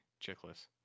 Chickless